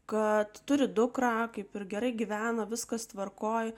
kad turi dukrą kaip ir gerai gyvena viskas tvarkoje